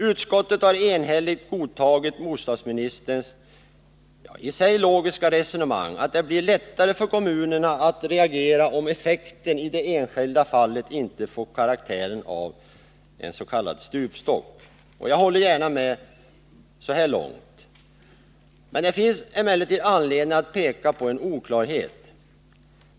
Utskottet har enhälligt godtagit bostadsministerns i sig logiska resonemang att det blir lättare för kommunerna att reagera om effekten i det enskilda fallet inte får karaktären avs.k. stupstock. Jag håller gärna med så långt. Det finns emellertid anledning att peka på en oklarhet.